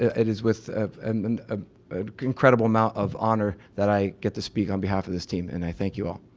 it is with an ah ah incredible amount of honor that i get to speak on behalf of this team, and i thank you all.